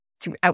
throughout